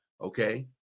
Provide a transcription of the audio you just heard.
okay